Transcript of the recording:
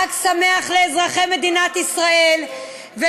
חג שמח לאזרחי מדינת ישראל, כיבוש.